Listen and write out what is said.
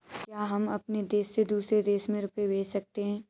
क्या हम अपने देश से दूसरे देश में रुपये भेज सकते हैं?